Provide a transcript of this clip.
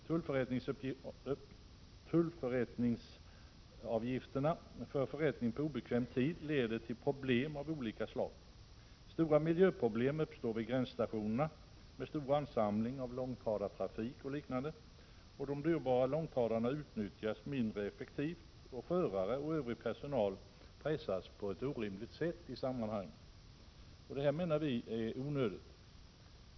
Tullförrättningsavgifterna för förrättning på obekväm tid leder till problem av olika slag. Stora miljöproblem uppstår vid gränsstationerna, med stor ansamling av långtradartrafik och liknande. De dyrbara långtradarna utnyttjas mindre effektivt, och förare och övrig personal pressas på ett orimligt sätt. Detta menar vi är onödigt.